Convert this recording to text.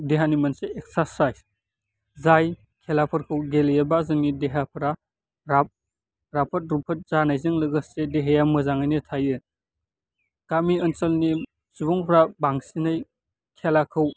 देहानि मोनसे एक्सारसाइस जाय खेलाफोरखौ गेलेयोबा जोंनि देहाफ्रा राब राफोद रुफोद जानायजों लोगोसे देहाया मोजाङैनो थायो गामि ओनसोलनि सुबुंफोरा बांसिनै खेलाखौ